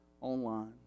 online